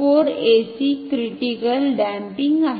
4 ac critical damping आहे